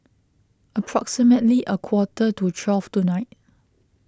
approximately a quarter to twelve tonight